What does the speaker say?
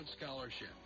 Scholarship